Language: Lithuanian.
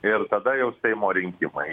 ir tada jau seimo rinkimai